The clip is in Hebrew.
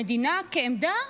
המדינה, כעמדה,